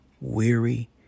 weary